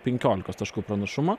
penkiolikos taškų pranašumą